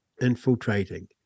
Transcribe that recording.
infiltrating